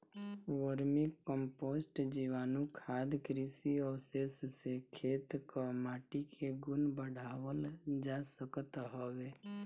vermi compost, जीवाणुखाद, कृषि अवशेष से खेत कअ माटी के गुण बढ़ावल जा सकत हवे